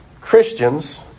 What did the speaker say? Christians